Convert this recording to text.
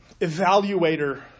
evaluator